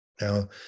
now